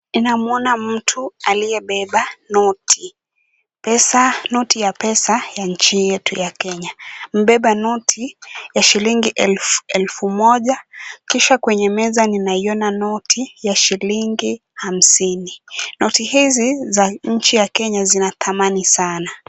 Ninamuona mtu aliyebeba noti. Noti ya pesa ya nchi yetu ya Kenya. Amebeba noti ya shilingi elfu moja, kisha kwenye meza ninaiona noti ya shilingi hamsini. Noti hizi, za nchi ya Kenya zina thamani sana.